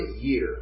year